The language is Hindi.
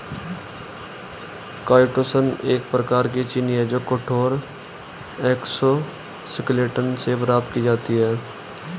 काईटोसन एक प्रकार की चीनी है जो कठोर एक्सोस्केलेटन से प्राप्त की जाती है